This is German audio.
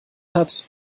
hat